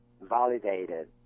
validated